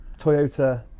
Toyota